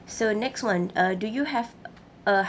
so next [one] uh do you have a